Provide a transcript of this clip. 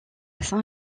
saint